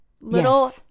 little